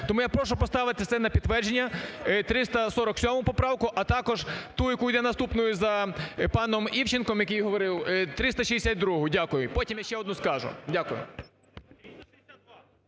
Тому я прошу поставити це на підтвердження, 347 поправку. А також ту, яка йде наступною за паном Івченком, який говорив, 362-у. Дякую. І потім ще одну скажу. Дякую.